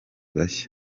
bashya